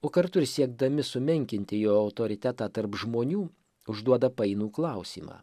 o kartu ir siekdami sumenkinti jo autoritetą tarp žmonių užduoda painų klausimą